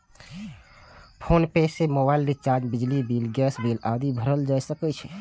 PhonePe सं mobile recharge, बिजली bill, gas bill आदि भरल जा सकै छै